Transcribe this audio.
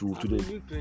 today